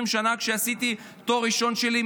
לפני 20 שנה כשעשיתי את התואר הראשון שלי,